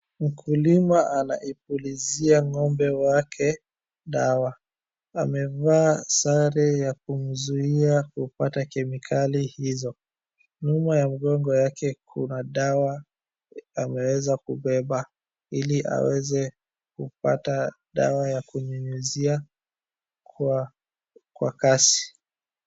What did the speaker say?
Mkulima anaipulizia ng'ombe wake dawa, amevaa sare ya kumzuia kupata kemikali hizo. Nyuma ya mgongo wake kuna dawa ameweza kubeba ili aweze kupata dawa ya kunyunyizia kwa kasi.